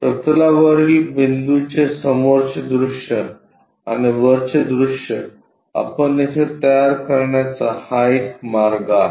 प्रतलावरील बिंदूचे समोरचे दृश्य आणि वरचे दृष्य आपण येथे तयार करण्याचा हा एक मार्ग आहे